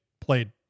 played